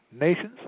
nations